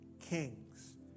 kings